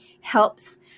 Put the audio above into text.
helps